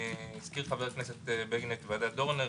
הזכיר חבר הכנסת בגין את ועדת דורנר,